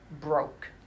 broke